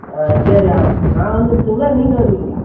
ஆ சரி நான் வந்துட்டுங்களா நீங்கள் வருவீங்களா